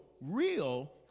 real